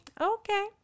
Okay